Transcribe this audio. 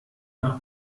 nach